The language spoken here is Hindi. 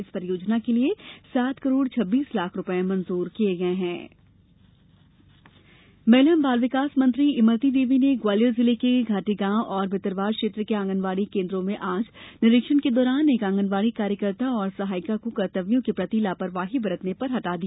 इस परियोजना के लिए सात करोड़ छब्बीस लाख रुपये मंजूर किये गये हैं मंत्री निरीक्षण महिला एवं बाल विकास मंत्री इमरती देवी ने ग्वालियर जिले के घाटीगांव और भितरवार क्षेत्र के आंगनबाड़ी केन्द्रों में आज निरीक्षण के दौरान एक आंगनबाड़ी कार्यकर्ता और सहायिका को कर्तव्यों के प्रति लापरवाही बरतने पर हटा दिया